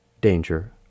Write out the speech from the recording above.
danger